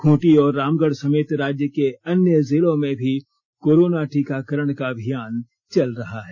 खूंटी और रामगढ़ समेत राज्य के अन्य जिलों में भी कोरोना टीकाकरण का अभियान चल रहा है